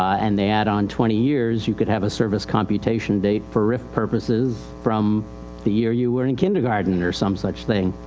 and they add on twenty years you could have a service computation date for rif purposes from the year you were in kindergarten or some such thing.